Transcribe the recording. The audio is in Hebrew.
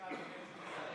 (תיקון מס'